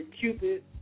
Cupid